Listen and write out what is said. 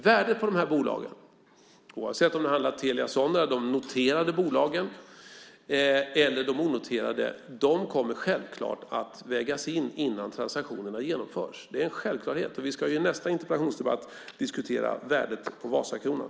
Värdet på bolagen, oavsett om det handlar om Telia Sonera, de noterade bolagen eller de onoterade, kommer att vägas in innan transaktionerna genomförs. Det är en självklarhet. Vi ska i nästa interpellationsdebatt diskutera värdet på Vasakronan.